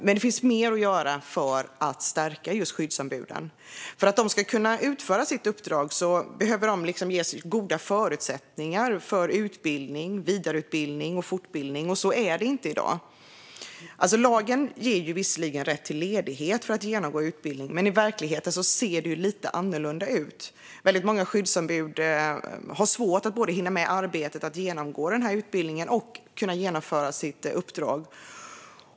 Men det finns mer att göra för att stärka just skyddsombuden. För att de ska kunna utföra sitt uppdrag behöver de ges förutsättningar för utbildning, vidareutbildning och fortbildning, och så är det inte i dag. Lagen ger visserligen rätt till ledighet för att genomgå utbildning, men i verkligheten ser det lite annorlunda ut. Många skyddsombud har svårt att hinna med arbetet, genomgå utbildning och genomföra sitt uppdrag.